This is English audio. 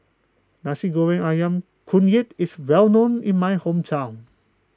Nasi Goreng Ayam Kunyit is well known in my hometown